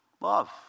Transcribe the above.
Love